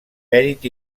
perit